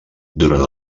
durant